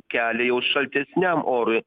kelią jau šaltesniam orui